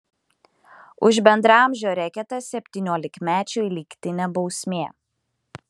už bendraamžio reketą septyniolikmečiui lygtinė bausmė